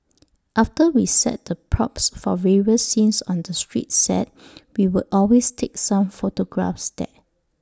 after we set the props for various scenes on the street set we would always take some photographs there